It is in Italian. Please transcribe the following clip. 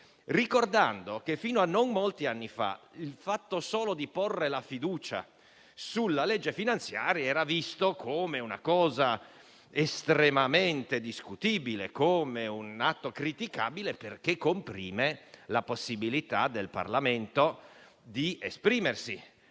Ricordo che, fino a non molti anni fa, solo il fatto di porre la fiducia sulla legge finanziaria era visto come una cosa estremamente discutibile, come un atto criticabile, perché comprime la possibilità del Parlamento di esprimersi.